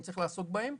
שצריך לעסוק בהם.